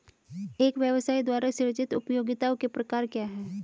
एक व्यवसाय द्वारा सृजित उपयोगिताओं के प्रकार क्या हैं?